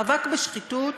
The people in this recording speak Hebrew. מאבק בשחיתות